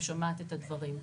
ושומעת את הדברים.